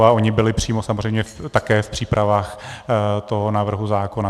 A oni byli samozřejmě také v přípravách toho návrhu zákona.